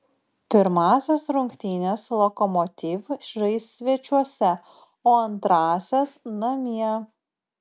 pirmąsias rungtynes lokomotiv žais svečiuose o antrąsias namie